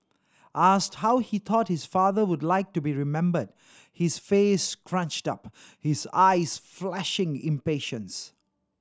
asked how he thought his father would like to be remembered his face scrunched up his eyes flashing impatience